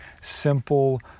simple